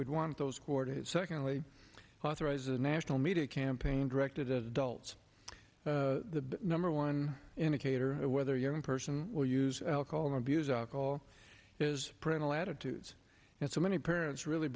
we'd want those core to secondly authorize a national media campaign directed as adults the number one indicator of whether young person will use alcohol abuse alcohol is print latitudes and so many parents really